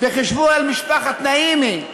וחשבו על משפחת נעימי,